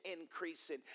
increasing